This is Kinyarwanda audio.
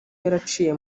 yaraciye